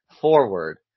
forward